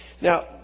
now